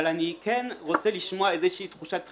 אבל אני כן רוצה לשמוע איזושהי תחושת דחיפות.